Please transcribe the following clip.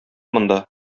монда